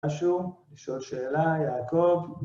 משהו? יש עוד שאלה? יעקב?